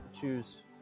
choose